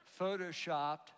Photoshopped